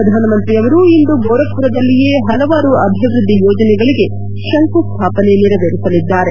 ಪ್ರಧಾನಮಂತ್ರಿಯವರು ಇಂದು ಗೋರಖ್ ಪುರದಲ್ಲಿಯೇ ಹಲವಾರು ಅಭಿವೃದ್ದಿ ಯೋಜನೆಗಳಿಗೆ ಶಂಕುಸ್ಟಾಪನೆ ನೆರವೇರಿಸಲಿದ್ದಾರೆ